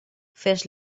fes